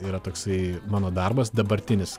yra toksai mano darbas dabartinis